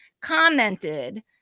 commented